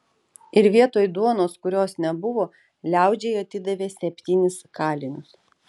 ir vietoj duonos kurios nebuvo liaudžiai atidavė septynis kalinius